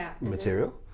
material